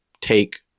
take